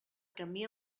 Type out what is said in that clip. camí